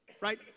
right